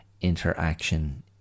interaction